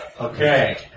Okay